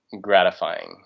gratifying